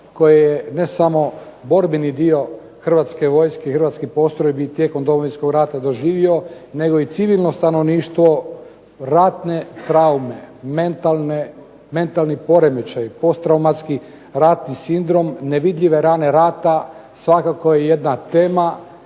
koje je ne samo borbeni dio Hrvatske vojske i hrvatskih postrojbi tijekom Domovinskog rata doživjelo, nego i civilno stanovništvo ratne traume, mentalni poremećaj, posttraumatski ratni sindrom, nevidljive rane rata svakako je jedna tema.